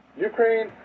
Ukraine